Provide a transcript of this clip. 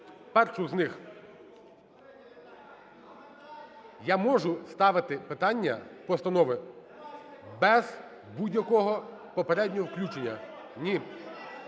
у залі) Я можу ставити питання постанови без будь-якого попереднього включення. Ні.